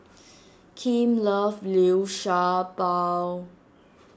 Kim loves Liu Sha Bao